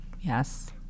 yes